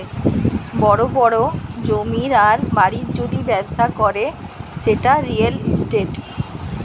বড় বড় জমির আর বাড়ির যদি ব্যবসা করে সেটা রিয়্যাল ইস্টেট